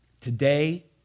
Today